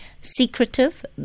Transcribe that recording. secretive